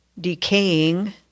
decaying